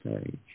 stage